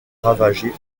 ravagée